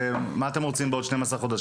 ומה אתם רוצים לעשות בעוד 12 חודשים?